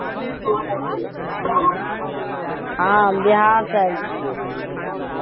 हँ हम बिहारसँ आयल छियै